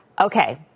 Okay